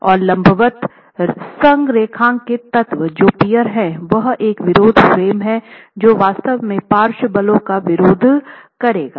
और लंबवत संरेखित तत्व जो पियर हैं वह एक विरोध फ्रेम है जो वास्तव में पार्श्व बलों का विरोध करेगा